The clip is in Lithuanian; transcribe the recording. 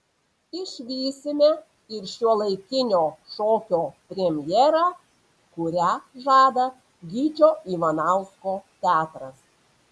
išvysime ir šiuolaikinio šokio premjerą kurią žada gyčio ivanausko teatras